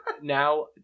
now